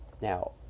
Now